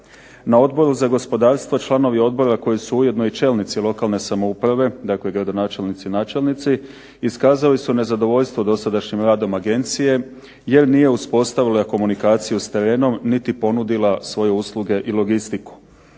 Na Odboru za gospodarstvo članovi odbora koji su ujedno i čelnici lokalne samouprave, dakle gradonačelnici, načelnici iskazali su nezadovoljstvo dosadašnjim radom Agencije jer nije uspostavila komunikaciju sa terenom niti ponudila svoje usluge i logistiku.